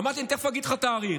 אמרת: תכף אני אגיד לך תאריך.